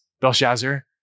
Belshazzar